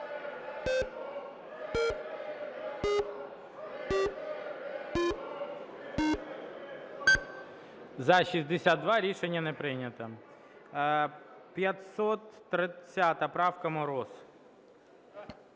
За-62 Рішення не прийнято. 530 правка, Мороз.